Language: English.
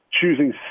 choosing